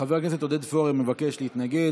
חבר הכנסת פורר מבקש להתנגד.